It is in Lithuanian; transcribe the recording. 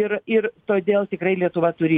ir ir todėl tikrai lietuva turi